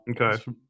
okay